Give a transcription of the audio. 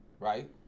Right